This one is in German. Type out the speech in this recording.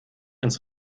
ins